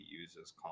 uses